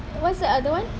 what is the other one